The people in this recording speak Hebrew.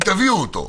אם תביאו אותו,